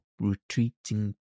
retreating